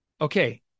Okay